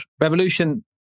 Revolution